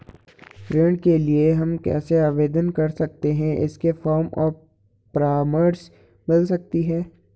ऋण के लिए हम कैसे आवेदन कर सकते हैं इसके फॉर्म और परामर्श मिल सकती है?